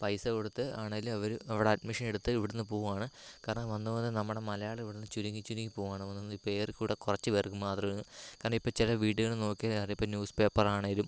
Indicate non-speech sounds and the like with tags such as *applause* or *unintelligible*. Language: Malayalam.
പൈസ കൊടുത്ത് ആണേലും അവർ അവിടെ അഡ്മിഷൻ എടുത്ത് ഇവിടുന്ന് പോകാണ് കാരണം വന്ന് വന്ന് നമ്മുടെ മലയാളി ഇവിടുന്ന് ചുരുങ്ങി ചുരുങ്ങി പോകാണ് *unintelligible* ഇപ്പം ഏറെക്കൂടെ കുറച്ച് പേർക്ക് മാത്രമേ കാരണം ഇപ്പോൾ ചില വീടുകളിൽ നോക്കിയാലറിയാം ഇപ്പോൾ ന്യൂസ് പേപ്പറാണേലും